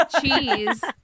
cheese